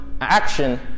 action